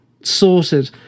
Sorted